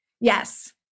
Yes